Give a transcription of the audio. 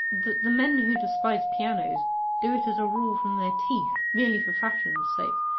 that the men who despise pianos do it as a rule from their teeth, merely for fashion's sake,